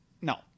no